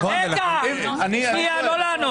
2023 עדיין לא עבר